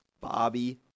Bobby